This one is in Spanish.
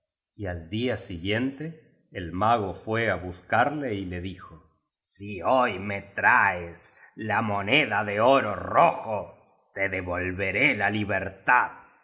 y al día siguiente el mago fué á buscarle y le dijo si hoy me traes la moneda de oro rojo te devolvere la libertad